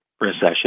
recession